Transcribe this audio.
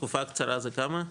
תקופה קצרה, זה כמה?